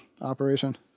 operation